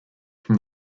from